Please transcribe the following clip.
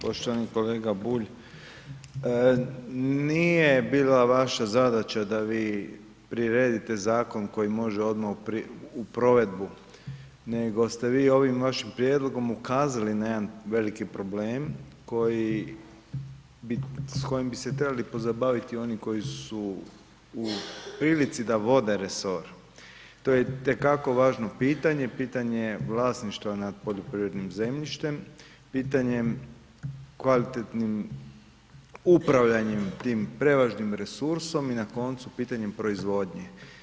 Poštovani kolega Bulj, nije bila vaša zadaća da vi priredite Zakon koji može odmah u provedbu, nego ste vi ovim vašim Prijedlogom ukazali na jedan veliki problem koji bi, s kojim bi se trebali pozabaviti oni koji su u prilici da vode resor, to je itekako važno pitanje, pitanje vlasništva nad poljoprivrednim zemljištem, pitanjem kvalitetnim upravljanjem tim prevažnim resursom i na koncu pitanjem proizvodnje.